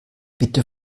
bitte